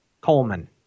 Coleman